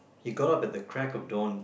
he got off at the crack of dawn